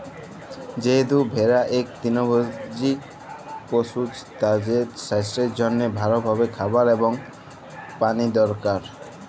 যেহেতু ভেড়া ইক তৃলভজী পশু, তাদের সাস্থের জনহে ভাল ভাবে খাবার এবং পালি দরকার